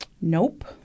Nope